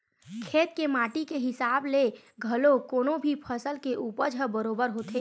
खेत के माटी के हिसाब ले घलो कोनो भी फसल के उपज ह बरोबर होथे